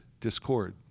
discord